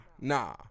nah